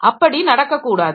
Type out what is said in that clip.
அப்படி நடக்கக்கூடாது